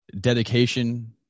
dedication